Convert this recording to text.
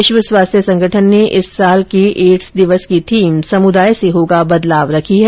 विश्व स्वास्थ्य संगठन ने इस साल के एड्स दिवस की थीम समुदाय से होगा बदलाव रखी है